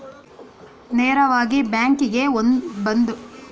ನೇರವಾಗಿ ಬ್ಯಾಂಕಿಗೆ ಬಂದು ನಗದು ರೂಪದಲ್ಲೇ ಸಾಲ ಮರುಪಾವತಿಸಬಹುದೇ?